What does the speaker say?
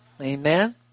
Amen